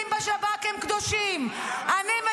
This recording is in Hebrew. את עושה, טלי?